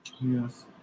yes